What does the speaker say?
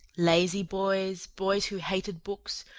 lazy boys, boys who hated books,